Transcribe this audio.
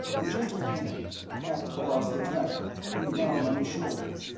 a gentle hand, cat claws retracted, came down on his shoulder.